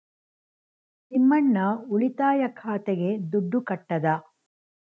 ತಿಮ್ಮಣ್ಣ ಉಳಿತಾಯ ಖಾತೆಗೆ ದುಡ್ಡು ಕಟ್ಟದ